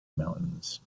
mountains